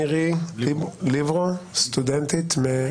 מירי ליבראו, סטודנטית .